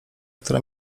które